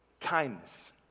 Kindness